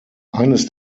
eines